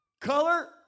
color